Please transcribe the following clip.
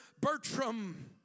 Bertram